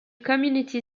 community